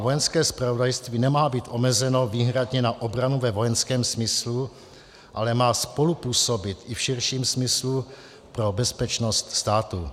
Vojenské zpravodajství nemá být omezeno výhradně na obranu ve vojenském smyslu, ale má spolupůsobit i v širším smyslu pro bezpečnost státu.